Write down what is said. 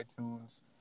iTunes